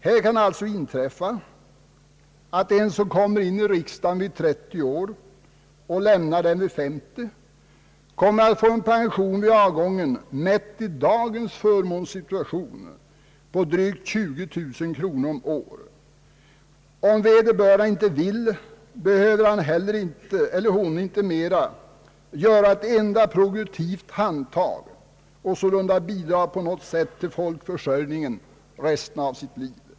Det kan alltså inträffa att en person, som kommer in i riksdagen vid 30 års ålder och lämnar den vid 50, kommer att få en pension vid avgången, mätt efter dagens förmånssituation, på drygt 20000 kronor om året. Om vederbörande inte vill, behöver han eller hon inte mera göra ett enda produktivt handtag och sålunda bidra till folkförsörjningen under resten av sitt liv.